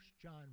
John